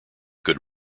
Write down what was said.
good